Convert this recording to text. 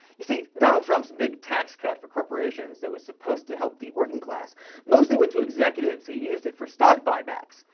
you see, donald trump's big tax cut for corporations that was supposed to help the working class mostly went to executives who used it for stock buybacks.